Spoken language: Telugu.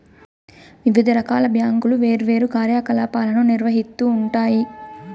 వివిధ రకాల బ్యాంకులు వేర్వేరు కార్యకలాపాలను నిర్వహిత్తూ ఉంటాయి